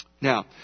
Now